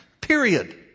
Period